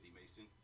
Mason